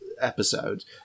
episode